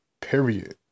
Period